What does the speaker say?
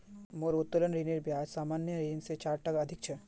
मोर उत्तोलन ऋनेर ब्याज सामान्य ऋण स चार टका अधिक छ